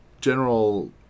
general